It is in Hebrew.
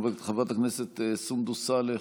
חברת הכנסת סונדוס סאלח,